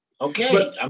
Okay